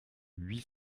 huit